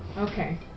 Okay